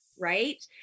right